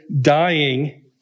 dying